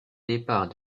départ